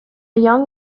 young